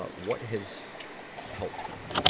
what has helped her?